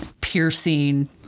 piercing